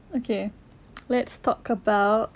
okay let's talk about